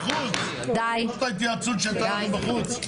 ההתייעצות שהיתה בחוץ.